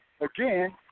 Again